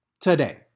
Today